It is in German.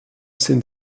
sind